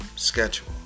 Schedule